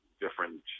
different